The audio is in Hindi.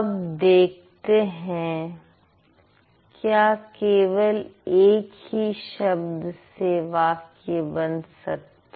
अब देखते हैं क्या केवल एक ही शब्द से वाक्य बन सकता है